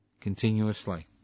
continuously